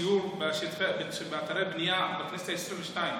סיור באתרי בנייה בכנסת העשרים-ושתיים,